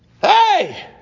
Hey